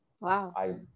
Wow